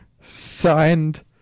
Signed